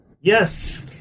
Yes